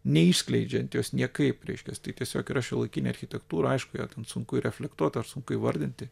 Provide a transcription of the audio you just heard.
neišskleidžiant jos niekaip reiškias tai tiesiog yra šiuolaikinė architektūra aišku jog sunku reflektuot ar sunku įvardinti